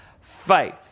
faith